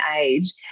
age